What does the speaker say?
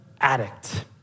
addict